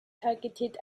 targeted